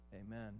amen